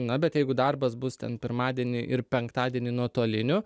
na bet jeigu darbas bus ten pirmadienį ir penktadienį nuotoliniu